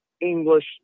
English